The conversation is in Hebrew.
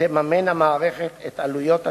תממן המערכת את עלויות התרגום,